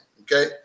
Okay